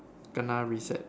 Kena reset